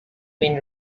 been